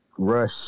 Rush